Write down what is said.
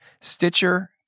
Stitcher